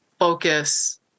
focus